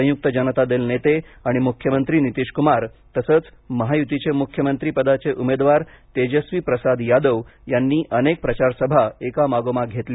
संयुक्त जनता दल नेते आणि मुख्यमंत्री नितीशकुमार तसेच महायुतीचे मुख्यमंत्री पदाचे उमेदवार तेजस्वी प्रसाद यादव यांनी अनेक प्रचार सभा एका मागोमाग घेतल्या